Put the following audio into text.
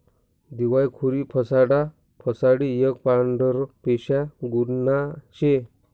दिवायखोरी फसाडा फसाडी एक पांढरपेशा गुन्हा शे